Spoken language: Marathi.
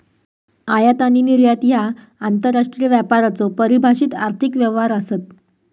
आयात आणि निर्यात ह्या आंतरराष्ट्रीय व्यापाराचो परिभाषित आर्थिक व्यवहार आसत